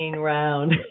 round